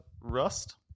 Rust